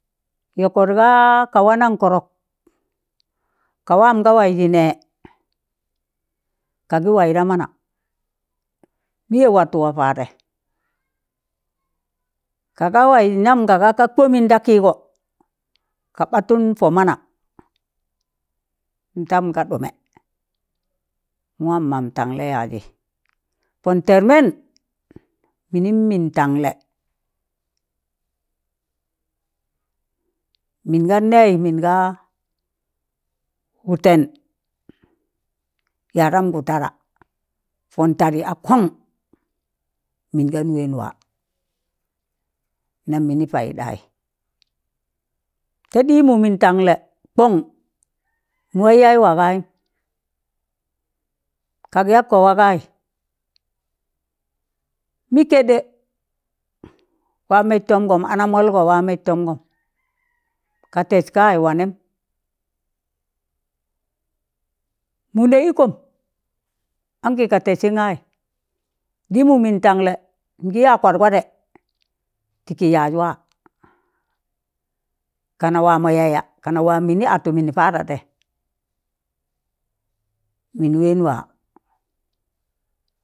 Yọkọt ga ka wanan kọrọk, ka waam ga waịzị nẹ, kagị waị da mana, mịyẹ watu wa padẹ ka ga waịz nam ka ga ka kwọmịn da kịgọ, ka ɓatụun pọ mana ntam ka ɗụmẹ, nwam man tanlẹ yazị pọn tar mẹn mịnịm mịn tanlẹ, mịn gan nẹ mịn ga wụtẹn yadamgu tạdạ pọn tạdị akọn, mịn gan wẹn wa nam mịnị paịɗaị ta ɗịmụ mịn tanlẹ kọn, mụwaị yaị wagayịm, kak yakkọ wagaị mị kẹɗẹ wa mẹz tọmgọm, anamọlgọ wa mẹz tọmgọm, ka tẹz kaị wa nẹm, mụ nẹ ịkọm ankị ka tẹsịn gaị, ɗịmụ mịn tanlẹ mịn gị ya kwatgwadẹ, ti kị yaz waa kanụ wamọ yaya, kanụ waam mịnị atụ mini paɗetẹ mịn wẹn wa.